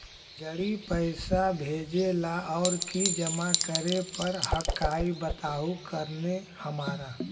जड़ी पैसा भेजे ला और की जमा करे पर हक्काई बताहु करने हमारा?